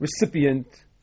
recipient